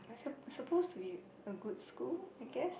sup~ supposed to be a good school I guess